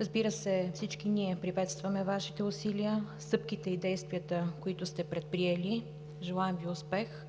Разбира се, всички ние приветстваме Вашите усилия, стъпките и действията, които сте предприели. Желаем Ви успех